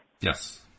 Yes